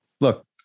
Look